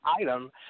item